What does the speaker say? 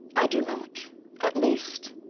i do not at least,